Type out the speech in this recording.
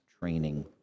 Training